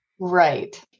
Right